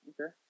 Okay